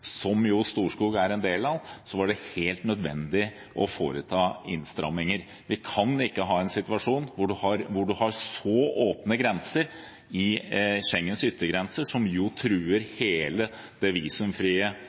som jo Storskog er en del av‒ var det helt nødvendig å foreta innstramninger. Vi kan ikke ha en situasjon der man har så åpne grenser i Schengens yttergrense at det truer de visumfrie reisemulighetene og den frie bevegelsesretten vi har innenfor Schengen. For Venstre er det